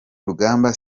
rugamba